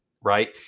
Right